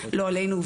לא עלינו,